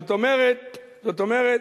זאת אומרת,